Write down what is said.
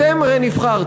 אתם הרי נבחרתם.